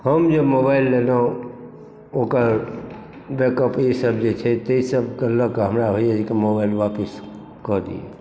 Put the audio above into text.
हम जे मोबाइल लेलहुँ ओकर बैकअप ई सब जे छै तै सबके लअ कऽ हमरा होइए जे कि मोबाइल वापस कऽ दियै